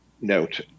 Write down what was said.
note